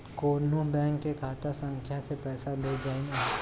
कौन्हू बैंक के खाता संख्या से पैसा भेजा जाई न?